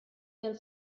del